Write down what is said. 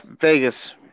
Vegas